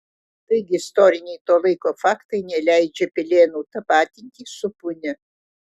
taigi istoriniai to laiko faktai neleidžia pilėnų tapatinti su punia